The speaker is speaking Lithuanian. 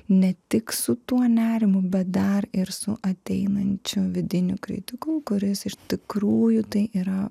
ne tik su tuo nerimu bet dar ir su ateinančiu vidiniu kritiku kuris iš tikrųjų tai yra